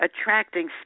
attracting